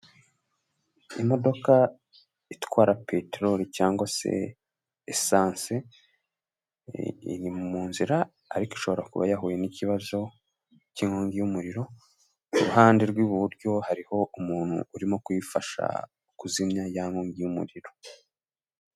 Imodoka itwara peteroli cyangwa se esansi, iri mu nzira ariko ishobora kuba yahuye n'ikibazo k'inkongi y'umuriro ku ruhande rw'iburyo hariho umuntu urimo kuyifasha kuzimya ya nkongi y'umuriro.